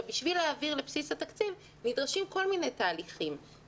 כדי להעביר לבסיס התקציב נדרשים כל מיני תהליכים.